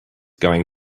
going